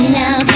now